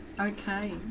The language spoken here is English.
Okay